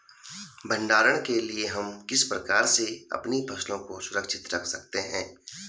भंडारण के लिए हम किस प्रकार से अपनी फसलों को सुरक्षित रख सकते हैं?